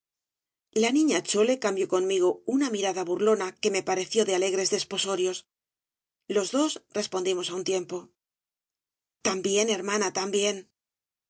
la niña chole cambió conmigo una mirada burlona que me pareció de alegres desposorios los dos respondimos á un tiempo también hermana también